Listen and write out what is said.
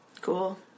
Cool